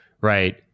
right